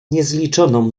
niezliczoną